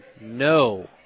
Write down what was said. no